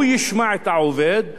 הוא ישמע את העובד,